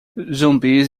zumbis